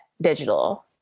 digital